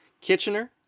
Kitchener